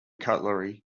cutlery